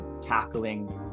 tackling